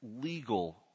legal